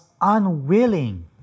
unwilling